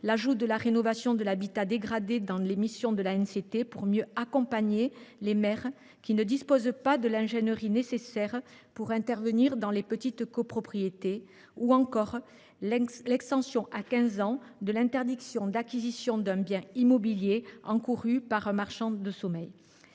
l’ajout de la rénovation de l’habitat dégradé dans les missions de l’ANCT pour mieux accompagner les maires qui ne disposent pas de l’ingénierie nécessaire pour intervenir dans les petites copropriétés. Je pense également à l’extension à quinze ans de l’interdiction d’acquisition d’un bien immobilier qui est encourue par un marchand de sommeil.